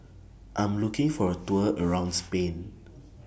I Am looking For A Tour around Spain